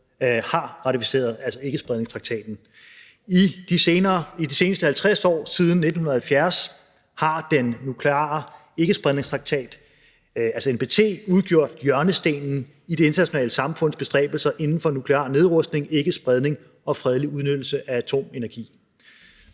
har ratificeret, altså ikkespredningstraktaten. I de seneste 50 år siden 1970 har den nukleare ikkespredningstraktat, altså NPT, udgjort hjørnestenen i det internationale samfunds bestræbelser inden for nuklear nedrustning, ikkespredning og fredelig udnyttelse af atomenergi.